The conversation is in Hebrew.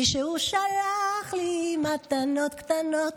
מישהו שלח לי מתנות קטנות"?